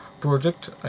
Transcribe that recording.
project